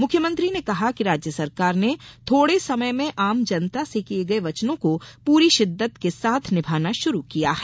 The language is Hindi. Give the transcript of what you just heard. मुख्यमंत्री ने कहा कि राज्य सरकार ने थोड़े समय में ही आम जनता से किये गये वचनों को पूरी शिद्दत के साथ निभाना शुरू किया है